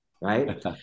right